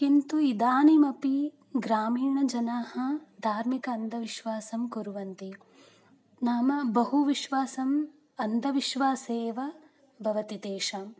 किन्तु इदानीमपि ग्रामीणजनाः धार्मिकान्धविश्वासं कुर्वन्ति नाम बहु विश्वासम् अन्धविश्वासे एव भवति तेषाम्